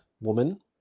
woman